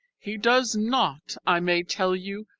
he does not, i may tell you,